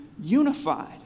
unified